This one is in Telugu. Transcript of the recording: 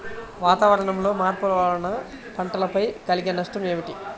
వాతావరణంలో మార్పుల వలన పంటలపై కలిగే నష్టం ఏమిటీ?